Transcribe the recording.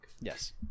Yes